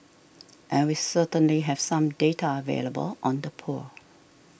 and we certainly have some data available on the poor